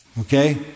Okay